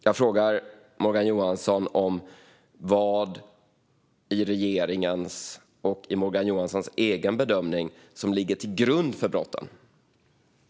Jag frågar Morgan Johansson om vad regeringen och han bedömer ligger till grund för brotten.